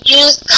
use